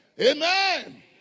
Amen